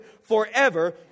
forever